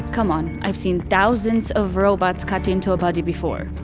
come on, i've seen thousands of robots cut into a body before.